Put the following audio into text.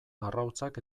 arrautzak